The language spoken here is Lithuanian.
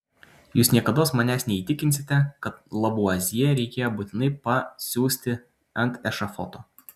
jūs niekados manęs neįtikinsite kad lavuazjė reikėjo būtinai pa siųsti ant ešafoto